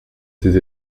ses